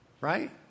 Right